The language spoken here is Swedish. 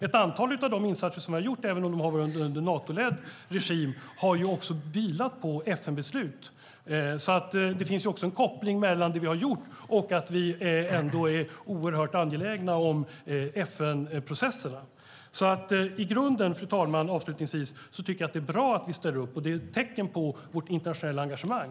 Ett antal av de insatser som vi har gjort, även om de har varit Natoledda, har vilat på FN-beslut. Det finns alltså en koppling mellan det vi har gjort och att vi är oerhört angelägna om FN-processerna. Fru talman! Avslutningsvis vill jag säga att jag i grunden tycker att det är bra att vi ställer upp och att det är ett tecken på vårt internationella engagemang.